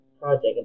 project